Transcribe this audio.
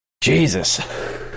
Jesus